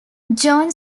john